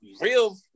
real